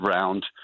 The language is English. round